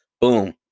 boom